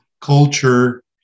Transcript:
culture